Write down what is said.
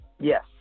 yes